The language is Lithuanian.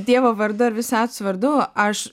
dievo vardu ar visatos vardu aš